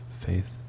faith